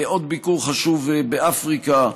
עוד ביקור חשוב באפריקה,